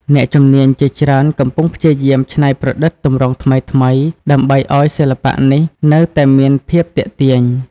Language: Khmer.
អ្នកជំនាញជាច្រើនកំពុងព្យាយាមច្នៃប្រឌិតទម្រង់ថ្មីៗដើម្បីឱ្យសិល្បៈនេះនៅតែមានភាពទាក់ទាញ។